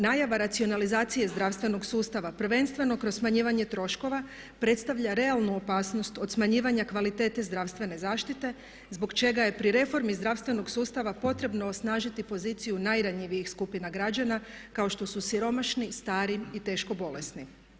Najava racionalizacije zdravstvenog sustava prvenstveno kroz smanjivanje troškova predstavlja realnu opasnost od smanjivanja kvalitete zdravstvene zaštite zbog čega je pri reformi zdravstvenog sustava potrebno osnažiti poziciju najranjivijih skupina građana kao što su siromašni, stari i teško bolesni.